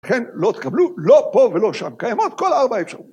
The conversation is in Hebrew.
לכן לא תקבלו, לא פה ולא שם, קיימות כל ארבע אפשר.